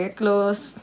close